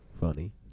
funny